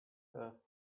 her